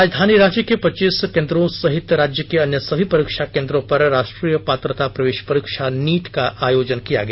राजधानी रांची के पच्चीस केंद्रों सहित राज्य के अन्य सभी परीक्षों केंद्रों पर राष्ट्रीय पात्रता प्रवेश परीक्षा नीट का आयोजन किया गया